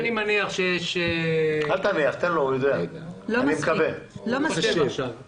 זאת אומרת, אתה יודע לעשות 30אלף בדיקות ביום.